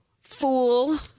fool